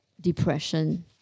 depression